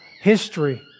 history